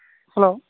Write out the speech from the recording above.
hello